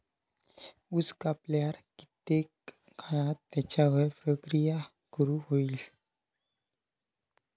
ऊस कापल्यार कितके काळात त्याच्यार प्रक्रिया करू होई?